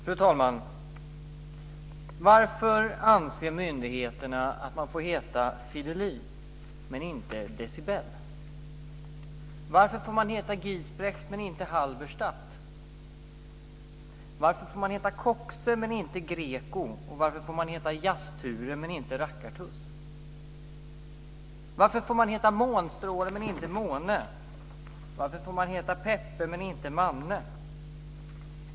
Fru talman! Varför anser myndigheterna att man får heta Fiddeli men inte Decibel? Varför får man heta Giesbrecht men inte Halberstadt? Varför får man heta Coxe men inte Greko? Varför får man heta Jazz Ture men inte Rackartuss? Varför får man heta Månstråle men inte Måne? Varför får man heta Peppe men inte Manne?